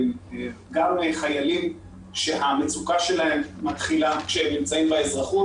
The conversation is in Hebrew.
גם חיילים שהמצוקה שלהם מתחילה כשהם נמצאים באזרחות,